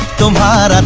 tomorrow's